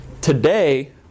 Today